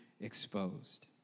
exposed